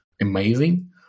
amazing